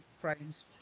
frames